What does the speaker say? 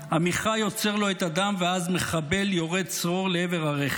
עמיחי עוצר לו את הדם ואז מחבל יורה צרור לעבר הרכב.